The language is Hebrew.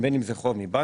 בין אם זה חוב מבנקים,